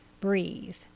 breathe